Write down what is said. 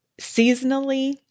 seasonally